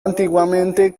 antiguamente